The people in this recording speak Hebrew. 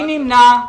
מי נמנע?